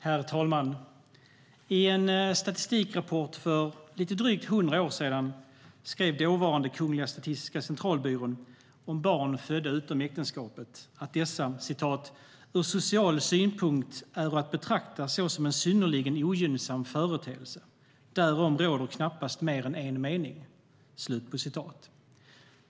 Herr talman! I en statistikrapport för lite drygt hundra år sedan skrev dåvarande Kungliga Statistiska Centralbyrån om barn födda utom äktenskapet att dessa "ur social synpunkt äro att betrakta såsom en synnerligen ogynnsam företeelse, därom råder knappast mer än en mening".